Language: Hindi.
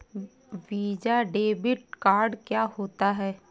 वीज़ा डेबिट कार्ड क्या होता है?